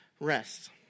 rest